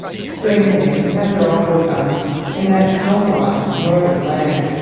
spring came, as it always comes in that snow-washed northern land,